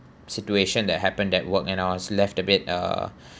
situation that happened at work and I was left a bit uh